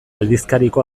aldizkariko